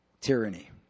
tyranny